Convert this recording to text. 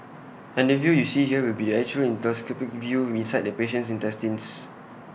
and the view you see here will be the actual endoscopic view inside the patient's intestines